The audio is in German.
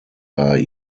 war